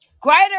Greater